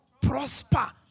Prosper